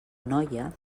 noia